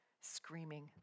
screaming